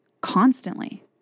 constantly